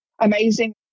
amazing